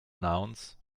nouns